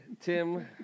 Tim